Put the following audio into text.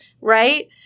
right